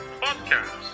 podcast